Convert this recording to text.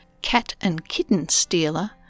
cat-and-kitten-stealer